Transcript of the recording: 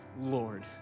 Lord